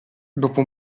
dopo